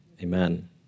Amen